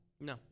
no